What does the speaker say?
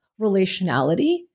relationality